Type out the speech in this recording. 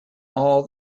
all